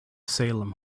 salem